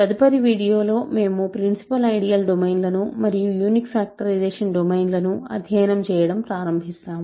తదుపరి వీడియోలో మేము ప్రిన్సిపల్ ఐడియల్ డొమైన్లను మరియు యూనిక్ ఫాక్టరైజేషన్ డొమైన్లను అధ్యయనం చేయడం ప్రారంభిస్తాము